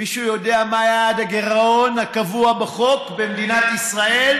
מישהו יודע מה יעד הגירעון הקבוע בחוק במדינת ישראל?